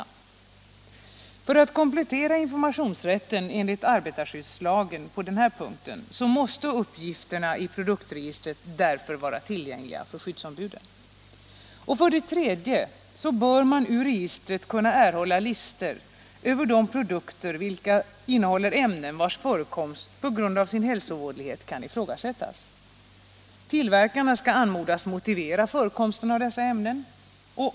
För att på denna punkt komplettera informationsrätten enligt arbetarskyddslagen måste uppgifterna i produktregistret därför vara tillgängliga för skyddsombuden. För det tredje bör man ur registret kunna erhålla listor över de produkter vilka innehåller ämnen vars förekomst på grund av sin hälsovådlighet kan ifrågasättas. Tillverkarna skall anmodas motivera förekomsten av dessa ämnen.